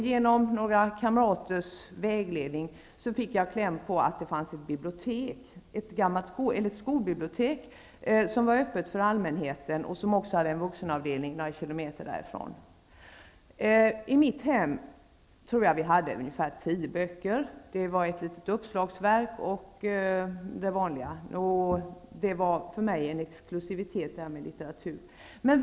Genom några kamrater fick jag tips om att det några kilometer från vårt hem fanns ett gammalt skolbibliotek som var öppet för allmänheten och som också hade en vuxenavdelning. I mitt hem hade vi ungefär tio böcker: ett uppslagsverk och det vanliga sortimentet. Så detta med litteratur var därför för mig en exklusivitet.